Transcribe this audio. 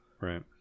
Right